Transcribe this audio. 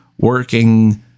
working